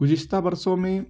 گزشتہ برسوں میں